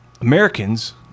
americans